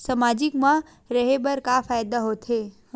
सामाजिक मा रहे बार का फ़ायदा होथे?